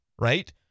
right